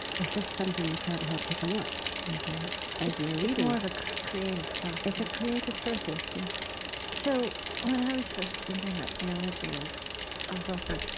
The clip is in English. it's just something you can't help picking up as you as you are reading it's more of a creative process it's a creative process, yes so when i was first thinking about theology, i was i was also